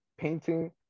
painting